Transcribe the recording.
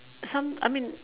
some I mean